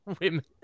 women